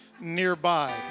nearby